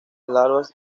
larvas